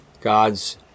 God's